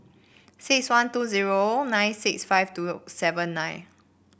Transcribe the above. six one two zero nine six five two seven nine